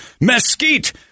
mesquite